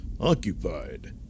occupied